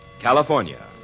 California